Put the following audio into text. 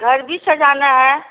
घर भी सजाना है